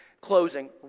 closing